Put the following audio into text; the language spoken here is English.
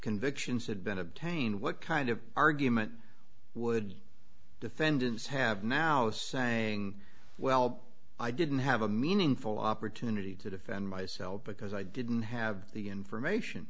convictions had been obtained what kind of argument would defendants have now saying well i didn't have a meaningful opportunity to defend myself because i didn't have the information